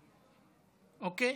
אוקיי.